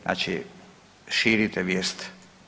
Znači širite vijest.